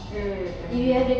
mm mm